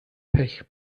pech